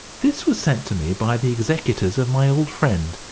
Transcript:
this was sent to me by the executors of my old friend,